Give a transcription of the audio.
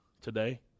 today